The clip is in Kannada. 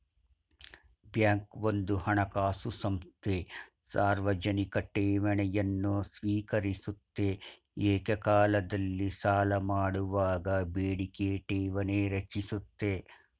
ಬ್ಯಾಂಕ್ ಒಂದು ಹಣಕಾಸು ಸಂಸ್ಥೆ ಸಾರ್ವಜನಿಕ ಠೇವಣಿಯನ್ನು ಸ್ವೀಕರಿಸುತ್ತೆ ಏಕಕಾಲದಲ್ಲಿ ಸಾಲಮಾಡುವಾಗ ಬೇಡಿಕೆ ಠೇವಣಿ ರಚಿಸುತ್ತೆ